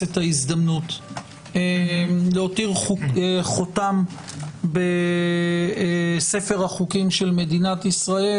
את ההזדמנות להותיר חותם בספר החוקים של מדינת ישראל